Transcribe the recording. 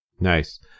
Nice